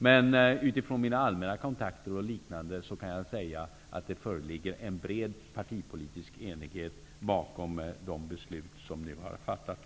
Men utifrån mina allmänna kontakter kan jag säga att det föreligger en bred partipolitisk enighet bakom de beslut som nu har fattats.